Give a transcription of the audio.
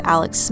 Alex